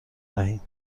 دهیم